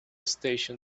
station